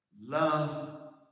Love